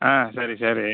ஆ சரி சரி